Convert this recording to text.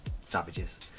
savages